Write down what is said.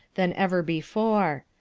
than ever before.